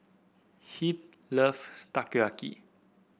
Heath love Takoyaki